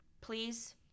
Please